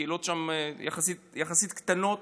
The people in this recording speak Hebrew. הקהילות שם יחסית קטנות,